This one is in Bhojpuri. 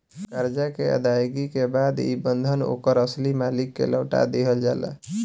करजा के अदायगी के बाद ई बंधन ओकर असली मालिक के लौटा दिहल जाला